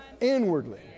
inwardly